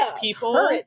people